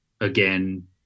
again